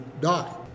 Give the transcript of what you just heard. die